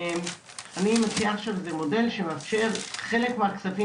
אני מציעה מודל שמאפשר שחלק מהכספים